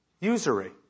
usury